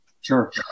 Sure